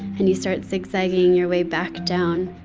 and you start zigzagging your way back down.